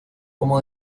como